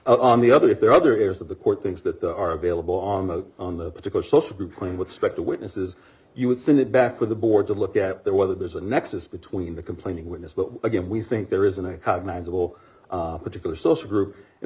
claim on the other if there are other areas of the court things that are available on the on the particular social group playing with spec the witnesses you would send it back to the board to look at that whether there's a nexus between the complaining witness but again we think there isn't a mandible particular social group and